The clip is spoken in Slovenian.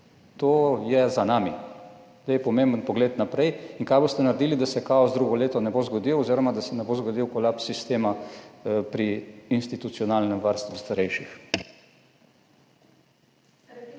To je za nami, zdaj je pomemben pogled naprej in kaj boste naredili, da se kaos drugo leto ne bo zgodil oziroma da se ne bo zgodil kolaps sistema pri institucionalnem varstvu starejših.